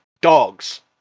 dogs